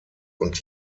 und